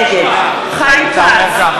נגד חיים כץ,